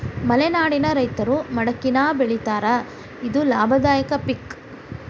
ಮಲೆನಾಡಿನ ರೈತರು ಮಡಕಿನಾ ಬೆಳಿತಾರ ಇದು ಲಾಭದಾಯಕ ಪಿಕ್